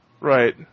Right